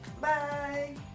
bye